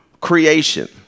creation